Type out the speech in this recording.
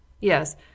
Yes